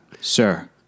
Sir